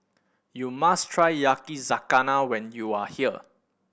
you must try Yakizakana when you are here